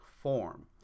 form